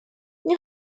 мне